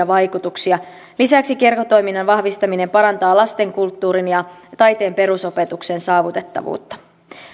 vaikutuksia lisäksi kerhotoiminnan vahvistaminen parantaa lastenkulttuurin ja taiteen perusopetuksen saavutettavuutta